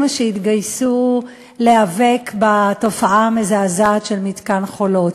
שהתגייסו להיאבק בתופעה המזעזעת של מתקן "חולות".